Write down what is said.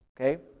okay